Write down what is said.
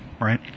right